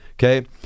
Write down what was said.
Okay